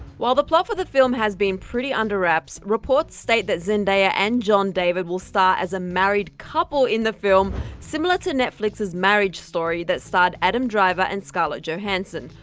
while the plot for the film has been pretty underwraps, reports state that zendaya and john david will star as a married couple in the film similar to netflix' marriage story that starred adam driver and scarlett johansson,